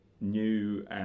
new